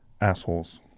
assholes